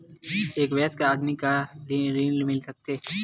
एक वयस्क आदमी ल का ऋण मिल सकथे?